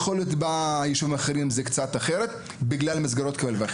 יכול להיות שבכל אחד מהישובים קצת אחרת בגלל השוני בין המקומות.